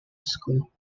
school